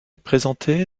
présenté